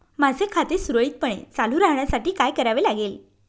माझे खाते सुरळीतपणे चालू राहण्यासाठी काय करावे लागेल?